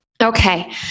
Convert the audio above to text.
Okay